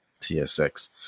TSX